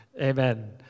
amen